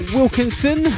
Wilkinson